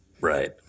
right